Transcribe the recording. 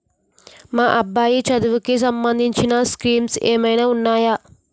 మా అబ్బాయి చదువుకి సంబందించిన స్కీమ్స్ ఏమైనా ఉన్నాయా?